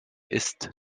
ist